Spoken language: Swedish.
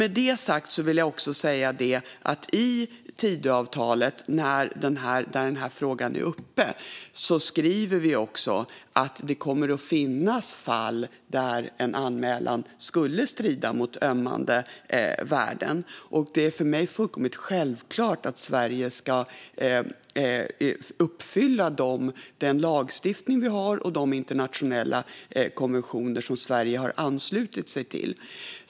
Med det sagt skriver vi i Tidöavtalet att det kommer att finnas fall där en anmälan strider mot ömmande värden, och för mig är det fullständigt självklart att Sverige ska följa svensk lagstiftning och de internationella konventioner Sverige har anslutit sig till.